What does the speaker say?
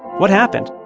what happened?